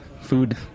food